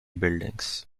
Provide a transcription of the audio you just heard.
buildings